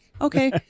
Okay